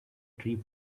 tree